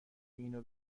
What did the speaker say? اینو